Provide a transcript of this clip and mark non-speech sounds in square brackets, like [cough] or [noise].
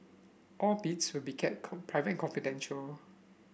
all bids will be kept [unintelligible] private and confidential